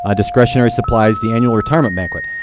ah discretionary supplies, the annual retirement banquet,